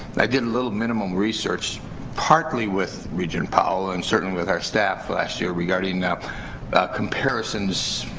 i did a little minimum research partly with regent powell and certainly with our staff last year regarding comparisons